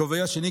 בכובעי השני,